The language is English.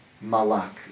Malak